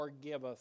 forgiveth